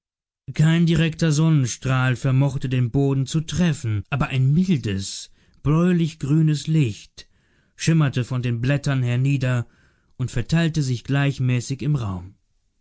kein direkter sonnenstrahl vermochte den boden zu treffen aber ein mildes bläulich grünes licht schimmerte von den blättern hernieder und verteilte sich gleichmäßig im raum